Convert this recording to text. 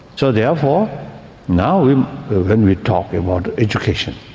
so therefore now when we talk about education,